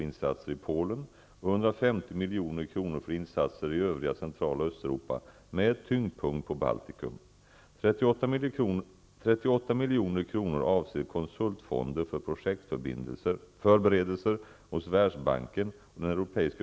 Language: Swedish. Hela det anvisade beloppet har nu fördelats.